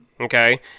Okay